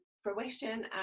fruition